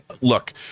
look